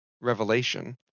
revelation